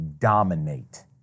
dominate